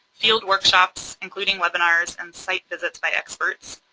field workshops including webinars and site visits by experts,